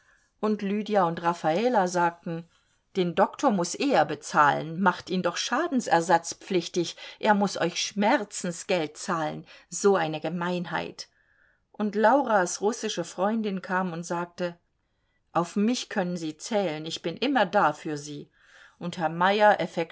und lydia und raffala sagten den doktor muß er bezahlen macht ihn doch schadensersatzpflichtig er muß euch schmerzensgeld zahlen so eine gemeinheit und lauras russische freundin kam und sagte auf mich können sie zählen ich bin immer da für sie und